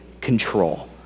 control